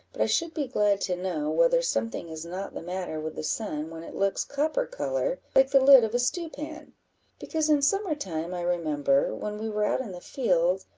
but i should be glad to know whether something is not the matter with the sun when it looks copper-colour like the lid of a stewpan because in summer-time, i remember, when we were out in the fields,